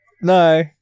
No